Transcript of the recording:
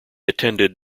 attended